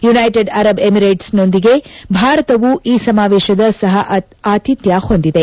United Arab ಎಮಿರೇಟ್ಸ್ನೊಂದಿಗೆ ಭಾರತವೂ ಈ ಸಮಾವೇಶದ ಸಹ ಆತಿಥ್ಯ ಹೊಂದಿದೆ